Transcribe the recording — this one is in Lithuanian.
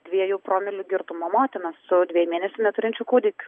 dviejų promilių girtumą motiną su dveijų mėnesių neturinčiu kūdikiu